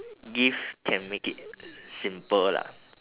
gift can make it simple lah